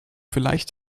vielleicht